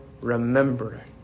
remember